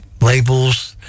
labels